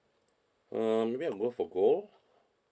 uh maybe I'll go for gold